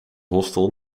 hostel